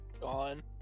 Gone